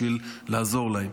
בשביל לעזור להם,